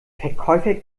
verkäufer